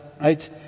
right